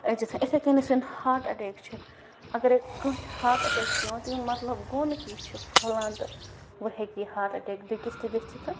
أژِتھ اِتھَے کٔنۍ یُس وۄنۍ ہاٹ اٮ۪ٹیک چھُ اَگرَے کٲنٛسہِ ہاٹ اٮ۪ٹیک چھُ یِوان تَمیُک مطلب گوٚو نہٕ کہِ یہِ چھِ پھہلان تہٕ وۄنۍ ہیٚکہِ یہِ ہاٹ اٹیک بیٚکِس تہِ گٔژھِتھ